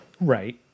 Right